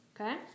okay